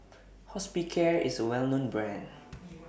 Hospicare IS A Well known Brand